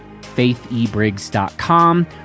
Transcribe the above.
faithebriggs.com